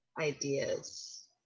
ideas